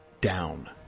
Down